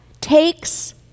takes